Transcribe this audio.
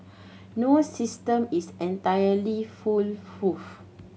no system is entirely foolproof